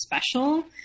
special